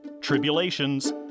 tribulations